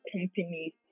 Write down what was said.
companies